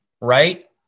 right